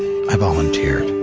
i volunteered